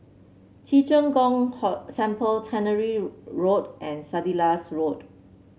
Ci Zheng Gong Temple Tannery Road and Sandilands Road